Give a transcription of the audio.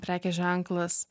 prekės ženklas